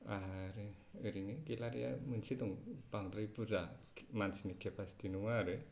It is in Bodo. आरो ओरैनो गेलारिया मोनसे दं बांद्राय बुरजा मानसिनि केपासिटि नङा आरो